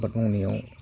आबाद मावनायाव